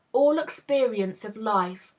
all experience of life,